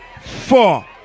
four